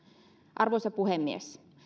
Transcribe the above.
arvoisa puhemies